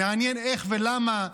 מעניין איך ולמה,